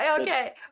Okay